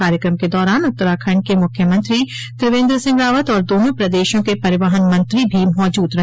कार्यक्रम के दौरान उत्तराखंड के मुख्यमंत्री त्रिवेन्द सिंह रावत और दोनों प्रदेशों के परिवहन मंत्री भी मौजूद रहे